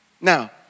Now